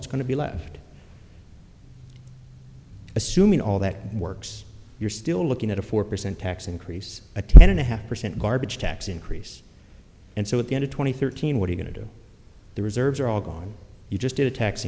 that's going to be left assuming all that works you're still looking at a four percent tax increase a ten and a half percent garbage tax increase and so at the end of twenty thirteen what he going to do the reserves are all gone you just did a tax